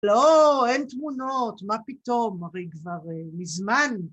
לא, אין תמונות, מה פתאום, הרי כבר מזמן